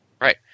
Right